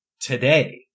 today